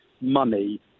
money